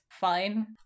fine